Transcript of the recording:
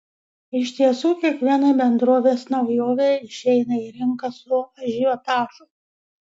iš tiesų kiekviena bendrovės naujovė išeina į rinką su ažiotažu